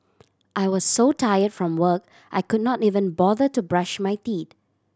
I was so tire from work I could not even bother to brush my teeth